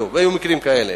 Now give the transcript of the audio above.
והיו מקרים כאלה.